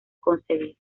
concebir